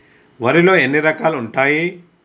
వరిలో ఎన్ని రకాలు ఉంటాయి?